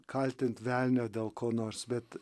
kaltint velnią dėl ko nors bet